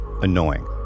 annoying